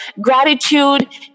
gratitude